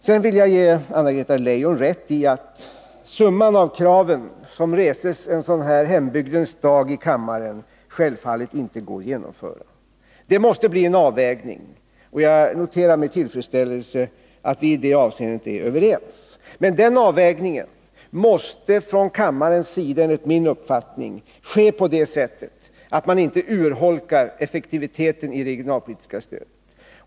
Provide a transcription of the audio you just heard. Sedan vill jag ge Anna-Greta Leijon rätt i att summan av de krav som reses en sådan här ”hembygdens dag” i kammaren självfallet inte kan uppfyllas. Det måste bli en avvägning, och jag noterar med tillfredsställelse att vi i det avseendet är överens. Men den avvägningen måste i kammaren enligt min mening ske på det sättet att man inte urholkar effektiviteten i det regionalpolitiska stödet.